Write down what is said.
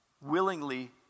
willingly